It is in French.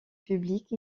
publique